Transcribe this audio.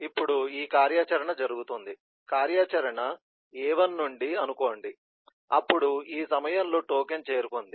ఇప్పుడు ఈ కార్యాచరణ జరుగుతుంది కార్యాచరణ a1 అని అనుకోండి అప్పుడు ఈ సమయంలో టోకెన్ చేరుకుంది